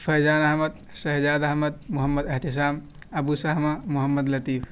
فیضان احمد شہزاد احمد محمد احتشام ابو شحمہ محمد لطیف